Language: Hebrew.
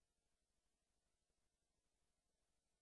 אכיפה